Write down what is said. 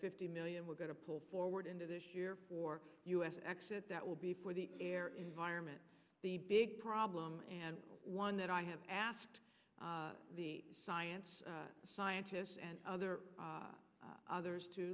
fifty million we're going to pull forward into this year for us exit that will be for the air environment the big problem and one that i have asked the science scientists and other others to